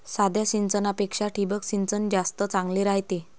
साध्या सिंचनापेक्षा ठिबक सिंचन जास्त चांगले रायते